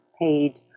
paid